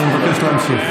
אני מבקש להמשיך.